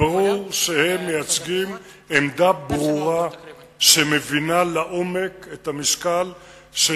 ברור שהם מייצגים עמדה ברורה שמבינה לעומק את המשקל של